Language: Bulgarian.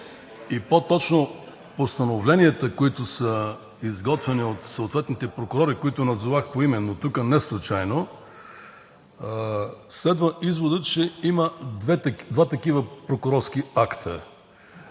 и по-точно постановленията, които са изготвени от съответните прокурори, които назовах поименно тук неслучайно, следва изводът, че има два такива прокурорски акта.